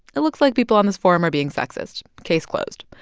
it looks like people on this forum are being sexist case closed.